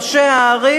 ראשי הערים.